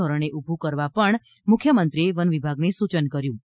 ધોરણે ઊભુ કરવા પણ મુખ્યમંત્રી એ વનવિભાગને સૂચન કર્યું છે